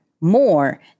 more